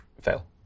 fail